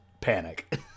panic